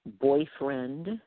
boyfriend